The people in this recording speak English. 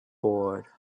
board